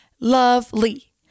Lovely